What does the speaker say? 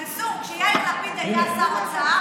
מנסור, כשיאיר לפיד היה שר אוצר